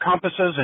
compasses